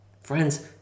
Friends